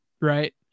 right